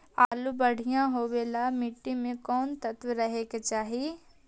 आलु बढ़िया होबे ल मट्टी में कोन तत्त्व रहे के चाही?